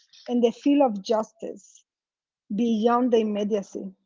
and the feel of justice beyond the immediacy?